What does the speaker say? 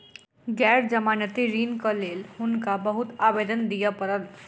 गैर जमानती ऋणक लेल हुनका बहुत आवेदन दिअ पड़ल